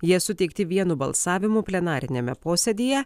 jie suteikti vienu balsavimu plenariniame posėdyje